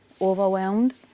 overwhelmed